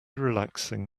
relaxing